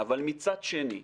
אבל מצד שני,